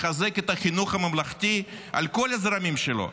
מחזק את החינוך הממלכתי על כל הזרמים שלו,